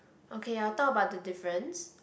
okay I'll talk about the difference